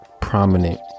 prominent